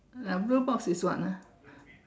that blue box is what ah